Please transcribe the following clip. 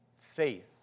faith